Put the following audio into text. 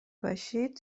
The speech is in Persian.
باشید